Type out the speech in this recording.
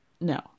No